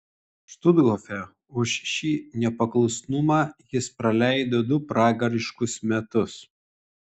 štuthofe už šį nepaklusnumą jis praleido du pragariškus metus